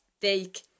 take